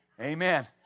Amen